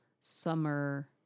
summer